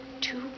two